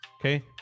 Okay